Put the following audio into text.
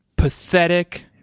pathetic